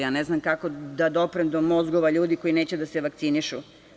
Ja ne znam kako da doprem do mozgova ljudi koji neće da se vakcinišu.